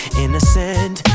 innocent